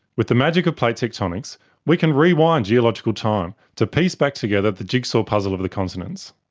with the magic of plate tectonics we can rewind geological time to piece back together the jigsaw puzzle of the continents.